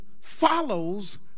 follows